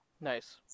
Nice